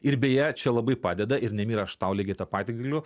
ir beje čia labai padeda ir nemira aš tau lygiai tą patį galiu